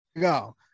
go